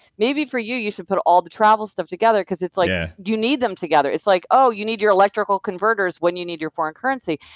maybe, for you, you should put all the travel stuff together because it's like ah you need them together. it's like, oh, you need your electrical converters when you need your foreign currency,